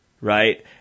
Right